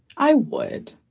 i would.